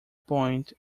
point